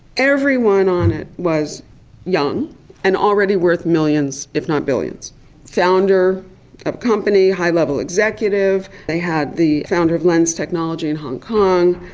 everyone on it was young and already worth millions, if not billions. a founder of a company, high level executive, they had the founder of lens technology in hong kong,